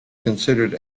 considered